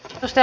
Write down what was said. kiitos